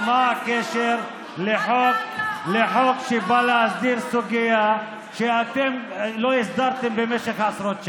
אבל מה הקשר לחוק שבא להסדיר סוגיה שאתם לא הסדרתם במשך עשרות שנים?